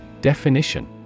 Definition